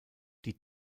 die